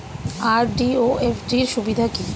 RD ও FD র সুবিধা কি?